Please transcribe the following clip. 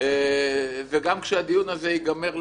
וגם כשהדיון הזה ייגמר,